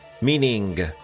meaning